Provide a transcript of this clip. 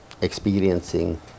experiencing